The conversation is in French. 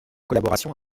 collaboration